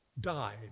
died